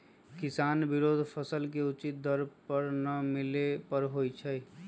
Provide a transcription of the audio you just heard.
किसान विरोध फसल के उचित दर न मिले पर होई छै